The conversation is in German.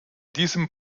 diesem